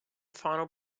final